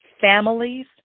families